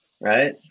right